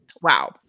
Wow